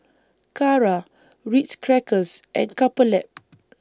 Kara Ritz Crackers and Couple Lab